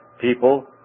people